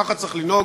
ככה צריך לנהוג,